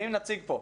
אם נציג פה,